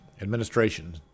Administration